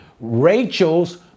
Rachel's